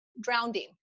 drowning